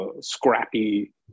scrappy